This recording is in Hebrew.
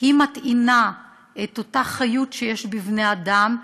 מטעינה את אותה חיות שיש בבני-אדם,